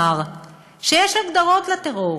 לומר שיש הגדרות לטרור.